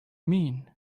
mean